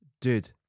dude